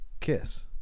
Kiss